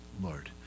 Lord